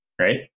right